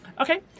Okay